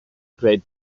great